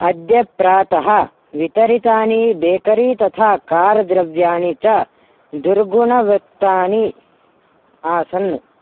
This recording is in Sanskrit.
अद्य प्रातः वितरितानि बेकरी तथा कार् द्रव्याणि च दुर्गुणवत्तानि आसन्